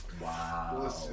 Wow